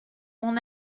mon